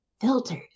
filters